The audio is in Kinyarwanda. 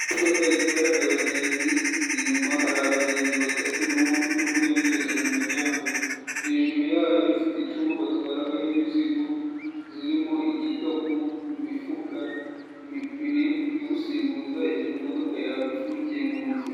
Imodoka itwaraga abagenzi, inyuma hari abagenzi batatu n'uwundi umwe uri guhengereza muryango. Hejuru yayo ifite icuma batwaragaho imizigo zirimo: igikapu imifuka, imipine yo gusimbuza igihe imodoka yaba ipfumukiye mu nzira.